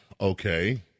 Okay